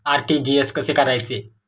RTGS कसे करायचे?